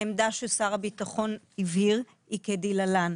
העמדה ששר הביטחון הבהיר היא כדלהלן,